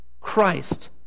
Christ